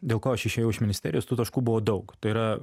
dėl ko aš išėjau iš ministerijos tų taškų buvo daug tai yra